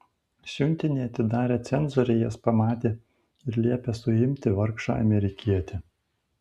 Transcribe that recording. siuntinį atidarę cenzoriai jas pamatė ir liepė suimti vargšą amerikietį